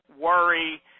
worry